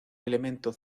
elemento